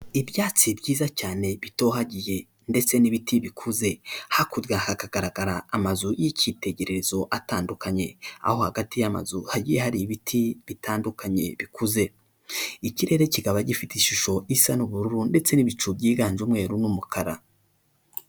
Ibyatsi byiza cyane bitohagiye ndetse n'ibiti bikuze hakurya hakagaragara amazu y'icyitegererezo atandukanye aho hagati y'amazu hari ibiti bitandukanye bikuze ikirere kikaba gifite ishusho isa n'ubururu ndetse n'ibicu byiganje umweru n'umukara.